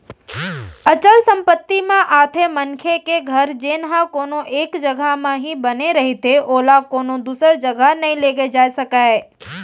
अचल संपत्ति म आथे मनखे के घर जेनहा कोनो एक जघा म ही बने रहिथे ओला कोनो दूसर जघा नइ लेगे जाय सकय